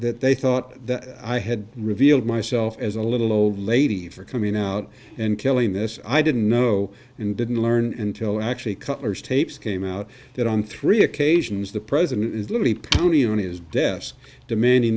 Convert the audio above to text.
that they thought that i had revealed myself as a little old lady for coming out and killing this i didn't know and didn't learn until actually cutler's tapes came out that on three occasions the president is literally pounding on his desk demanding